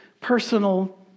personal